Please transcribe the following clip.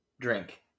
drink